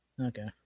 Okay